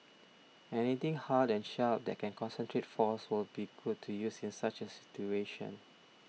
anything hard and sharp that can concentrate force would be good to use in such a situation